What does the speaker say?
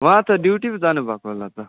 उहाँ त ड्युटी पो जानु भएको होला त